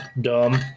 Dumb